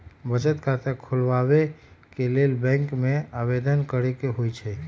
बचत खता खोलबाबे के लेल बैंक में आवेदन करेके होइ छइ